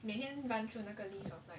每天